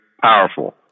powerful